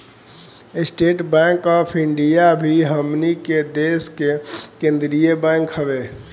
estate bank of India भी हमनी के देश के केंद्रीय बैंक हवे